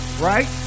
Right